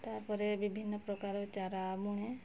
ତା'ପରେ ବିଭିନ୍ନ ପ୍ରକାରର ଚାରା ବୁଣେ